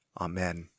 Amen